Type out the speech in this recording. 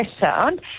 sound